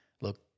look